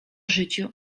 życiu